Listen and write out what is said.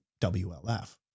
WLF